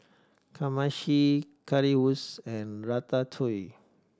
Kamameshi Currywurst and Ratatouille